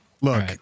Look